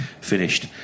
finished